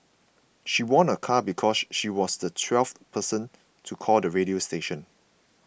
she won a car because she was the twelfth person to call the radio station